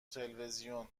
تلویزیون